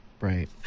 right